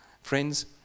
friends